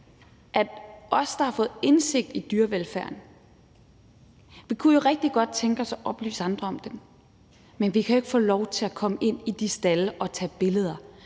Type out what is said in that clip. Os, der har fået indsigt i dyrevelfærden, kunne jo rigtig godt tænke os at oplyse andre om den, men vi kan jo ikke få lov til at komme ind i de stalde og tage billeder,